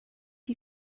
you